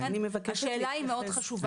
לכן, השאלה היא מאוד חשובה.